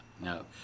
No